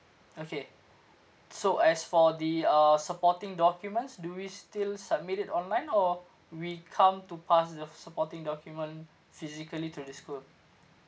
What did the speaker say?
okay so as for the uh supporting documents do we still submit it online or we come to pass the supporting document physically to this school